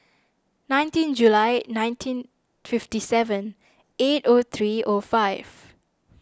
nineteen July nineteen fifty seven eight o three o five